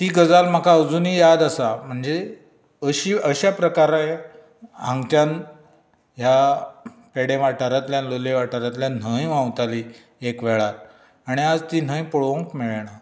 ती गजाल म्हाका अजूनय याद जाता म्हणजे अशी अश्या प्रकारे हांगच्यान ह्या पेडे वाठारांतल्यान लोलये वाठांरांतल्यान न्हंय व्हांवताली एक वेळार आनी आयज ती न्हंय पळोवंकय मेळना